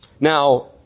Now